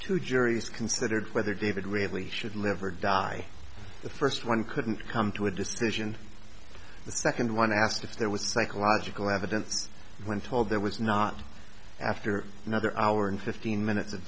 two juries considered whether david really should live or die the first one couldn't come to a decision the second one asked if there was psychological evidence when told there was not after another hour and fifteen minutes of